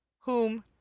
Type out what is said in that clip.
whom,